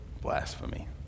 blasphemy